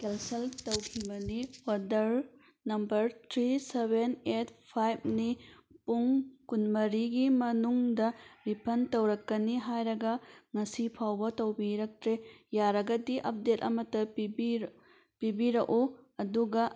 cancel ꯇꯧꯈꯤꯕꯅꯤ order number three seven eight ꯐꯥꯏꯕꯅꯤ ꯄꯨꯡ ꯀꯨꯟꯃꯔꯤꯒꯤ ꯃꯅꯨꯡꯗ ꯔꯤꯐꯟ ꯇꯧꯔꯛꯀꯅꯤ ꯍꯥꯏꯔꯒ ꯉꯁꯤ ꯐꯥꯎꯕ ꯇꯧꯕꯤꯔꯛꯇ꯭ꯔꯦ ꯌꯥꯔꯒꯗꯤ ꯑꯞꯗꯦꯠ ꯑꯃꯇ ꯄꯤꯕꯤꯔꯛꯎ ꯑꯗꯨꯒ